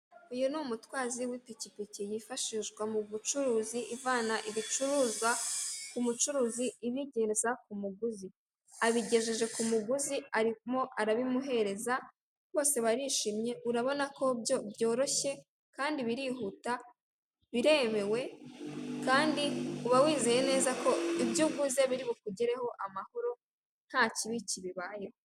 Uyu ni umutwazi w'ipikipiki yifashishwa mu bucuruzi, ivana ibicuruzwa ku mucuruzi ibigeza ku muguzi; abigejeje ku muguzi arimo arabimuhereza bose barishimye. Urabona ko byoroshye kandi birihuta, biremewe kandi uba wizeye neza ko ibyo uguze biri bukugereho amahoro nta kibi kibibayeho.